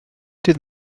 dydd